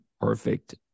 perfect